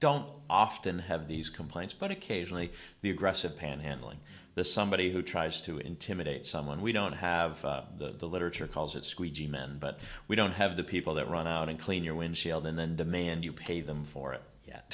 don't often have these complaints but occasionally the aggressive panhandling the somebody who tries to intimidate someone we don't have the literature calls it squeegee men but we don't have the people that run out and clean your windshield and then demand you pay them for it yet